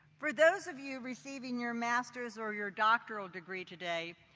for those of you receiving your master's or your doctoral degree today,